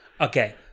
okay